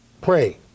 Pray